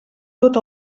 tot